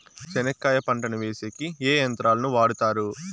చెనక్కాయ పంటను వేసేకి ఏ యంత్రాలు ను వాడుతారు?